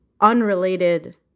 unrelated